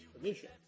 permission